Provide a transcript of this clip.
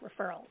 referrals